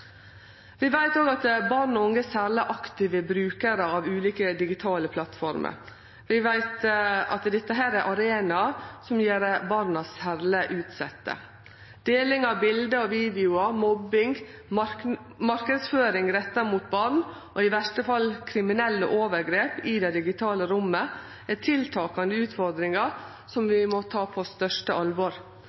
Vi veit også at barn og unge er særleg aktive brukarar av ulike digitale plattformer. Vi veit at dette er arenaer som gjer barna særleg utsette. Deling av bilde og videoar, mobbing, marknadsføring retta mot barn og i verste fall kriminelle overgrep i det digitale rommet er aukande utfordringar som vi må ta på største alvor.